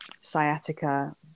sciatica